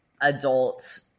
adult